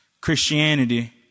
Christianity